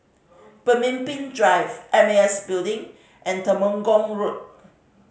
Pemimpin Drive M A S Building and Temenggong Road